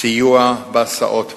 סיוע בהסעות ועוד.